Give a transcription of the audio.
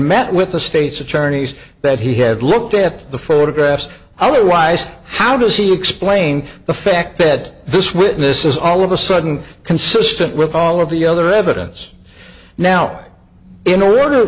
met with the state's attorneys that he had looked at the photographs only wise how does he explain the fact fed this witness is all of a sudden consistent with all of the other evidence now in order